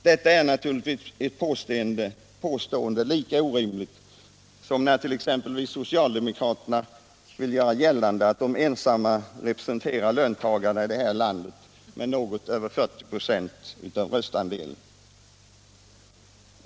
Detta är naturligtvis lika orimligt som när socialdemokraterna med sina något över 40 96 av rösterna vill göra gällande att de ensamma representerar löntagarna.